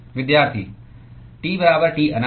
T बराबर T अनंत